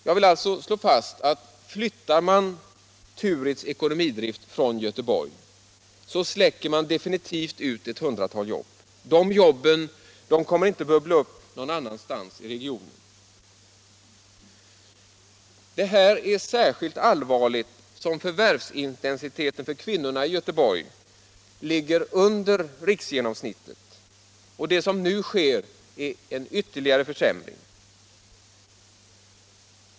Jag vill alltså slå fast att om man flyttar Turitz ekonomidrift bort från Göteborg släcker man definitivt ut ett hundratal jobb. De jobben kommer inte att bubbla upp någon annanstans i regionen. Detta är särskilt allvarligt eftersom förvärvsintensiteten för kvinnorna i Göteborg ligger under riksgenomsnittet. Det som nu sker är ytterligare en försämring.